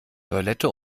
toilette